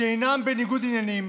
שאינם בניגוד עניינים